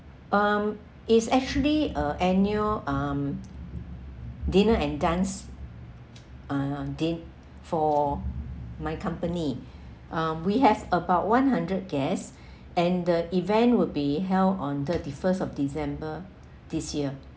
um it's actually a annual um dinner and dance uh din~ for my company um we have about one hundred guests and the event will be held on thirty first of december this year